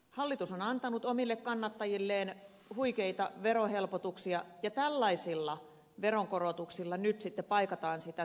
hallitus on antanut omille kannattajilleen huikeita verohelpotuksia ja tällaisilla veronkorotuksilla nyt sitten paikataan sitä syntynyttä aukkoa